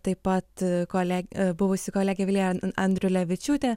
taip pat kole buvusi kolegė vilija andriulevičiūtė